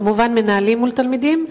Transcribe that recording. וכמובן מנהלים מול תלמידים.